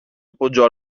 appoggiò